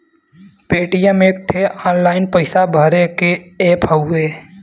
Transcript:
Paytm एक ठे online पइसा भरे के ऐप हउवे